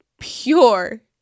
pure